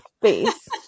face